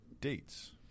dates